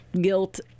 guilt